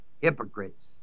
hypocrites